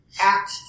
Act